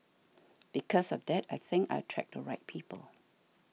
because of that I think I attract the right people